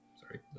sorry